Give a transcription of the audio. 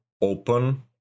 open